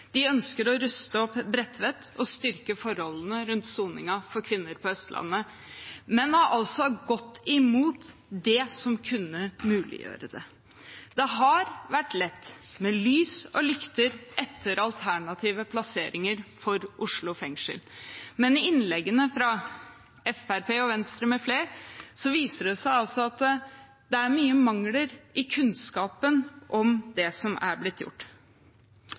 De ønsker å ruste opp Bredtvet og styrke forholdene rundt soningen for kvinner på Østlandet, men har altså gått imot det som kunne muliggjøre det. Det har vært lett med lys og lykte etter alternative plasseringer for Oslo fengsel, men i innleggene fra Fremskrittspartiet og Venstre med flere viser det seg altså at det er mye mangler i kunnskapen om det som er blitt gjort.